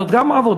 זאת גם עבודה,